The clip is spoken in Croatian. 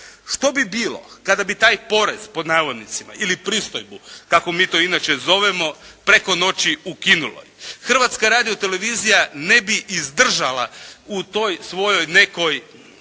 Što bi bilo kada bi taj "porez", pod navodnicima, ili pristojbu kako mi to inače zovemo preko noći ukinuli? Hrvatska radiotelevizija ne bi izdržala u toj svojoj nekoj